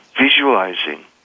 visualizing